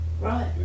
Right